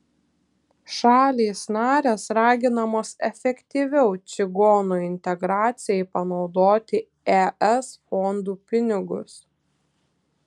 šalys narės raginamos efektyviau čigonų integracijai panaudoti es fondų pinigus